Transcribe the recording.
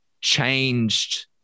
changed